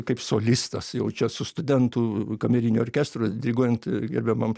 kaip solistas jau čia su studentų kameriniu orkestru diriguojant gerbiamam